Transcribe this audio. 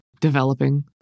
developing